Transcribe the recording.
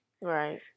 right